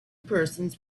persons